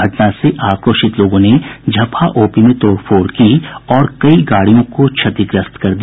घटना से आक्रोशित लोगों ने झपहा ओपी में तोड़फोड़ की और कई गाड़ियों को क्षतिग्रस्त कर दिया